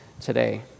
today